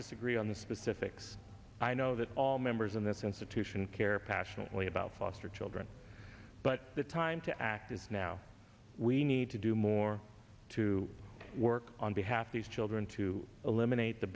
disagree on the specifics i know that all members in this institution care passionately about foster children but the time to act is now we need to do more to work on behalf of these children to eliminate the